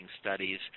studies